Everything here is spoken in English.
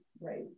right